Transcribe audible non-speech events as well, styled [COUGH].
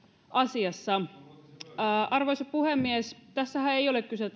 asiassa arvoisa puhemies tässä osakesäästötilissähän ei ole kyse [UNINTELLIGIBLE]